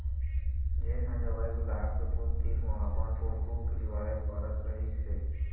जेन ह जावय गुलाब के फूल तीर म अपन फोटू खिंचवाबे करत रहिस हे